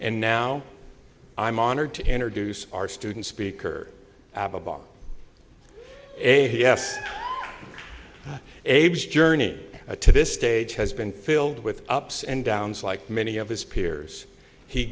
and now i'm honored to introduce our student speaker abe's journey to this stage has been filled with ups and downs like many of his peers he